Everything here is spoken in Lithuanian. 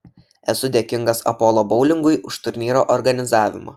esu dėkingas apollo boulingui už turnyro organizavimą